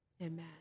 Amen